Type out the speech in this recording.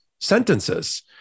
sentences